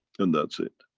and that's it.